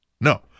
no